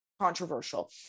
controversial